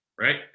right